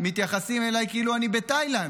מתייחסים אליי כאילו אני בתאילנד,